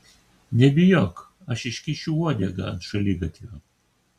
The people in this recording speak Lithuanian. nebijok aš iškišiu uodegą ant šaligatvio